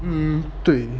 mm 对